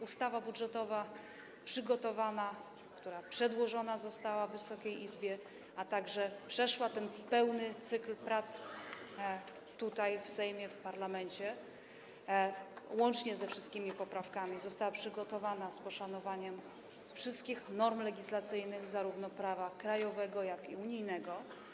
Ustawa budżetowa, która przedłożona została Wysokiej Izbie, a także przeszła przez ten pełny cykl prac tutaj, w Sejmie, w parlamencie, łącznie ze wszystkimi poprawkami, została przygotowana z poszanowaniem wszystkich norm legislacyjnych zarówno prawa krajowego, jak i unijnego.